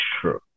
true